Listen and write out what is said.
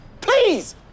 Please